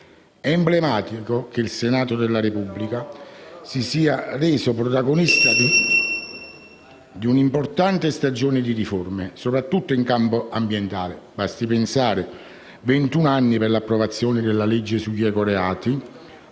È emblematico che il Senato della Repubblica si sia reso protagonista di un'importante stagione di riforme, soprattutto in campo ambientale. Basti pensare ai ventuno anni per l'approvazione della legge sugli ecoreati,